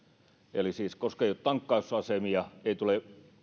eli koska ei ole tankkausasemia ei tule